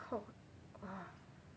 ha